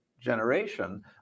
generation